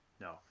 No